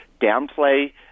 downplay